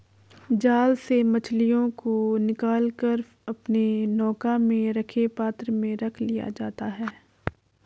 जाल से मछलियों को निकाल कर अपने नौका में रखे पात्र में रख लिया जाता है